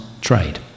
trade